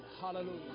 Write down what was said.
hallelujah